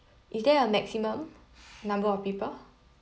is there a maximum number of people